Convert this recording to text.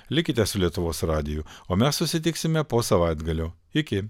likite su lietuvos radiju o mes susitiksime po savaitgalio iki